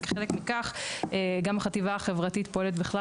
וכחלק מכך גם החטיבה החברתית פועלת בכלל